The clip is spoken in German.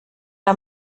der